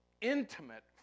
intimate